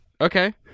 Okay